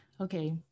okay